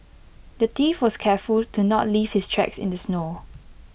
the thief was careful to not leave his tracks in the snow